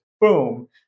boom